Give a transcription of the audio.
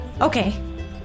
Okay